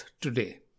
today